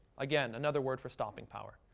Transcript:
again, another word for stopping power.